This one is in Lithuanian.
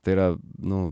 tai yra nu